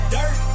Dirt